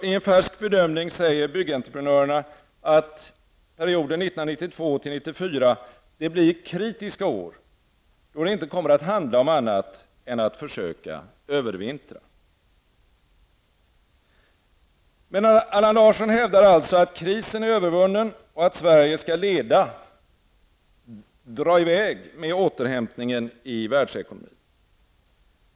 I en färsk bedömning säger Byggentreprenörerna att 1992 till 1994 blir kritiska år, då det inte kommer att handla om annat än att försöka övervintra. Men Allan Larsson hävdar alltså att krisen är övervunnen och att Sverige skall leda återhämtningen i världsekonomin.